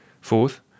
Fourth